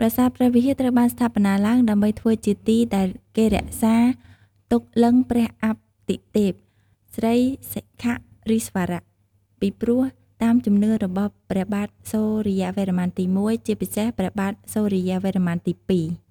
ប្រាសាទព្រះវិហារត្រូវបានស្ថាបនាឡើង ដើម្បីធ្វើជាទីដែលគេរក្សាទុកលិង្គព្រះអាទិទេព ស្រីសិខៈរិស្វរៈ ពីព្រោះតាមជំនឿរបស់ព្រះបាទសូរ្យវរ្ម័នទី១ ជាពិសេសព្រះបាទសូរ្យវរ្ម័នទី២។